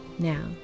Now